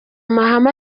mahame